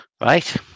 Right